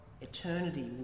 eternity